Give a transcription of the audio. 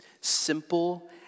Simple